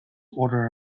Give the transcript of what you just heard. order